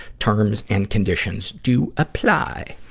terms and conditions do apply.